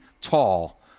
tall